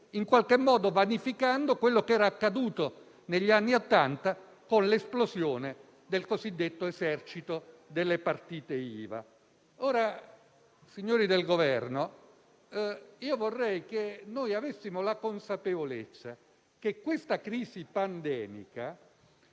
in qualche modo vanificando quello che era accaduto negli anni Ottanta, con l'esplosione del cosiddetto esercito delle partite IVA. Signori rappresentanti del Governo, vorrei che avessimo la consapevolezza che questa crisi pandemica